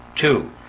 Two